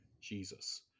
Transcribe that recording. jesus